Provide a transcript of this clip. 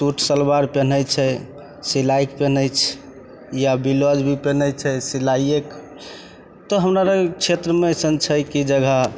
suit सलवार पिन्है छै सिलैके पिन्है छै या ब्लाउज भी पिन्है छै सिलाइएके तऽ हमरालग क्षेत्रमे अइसन छै कि जगह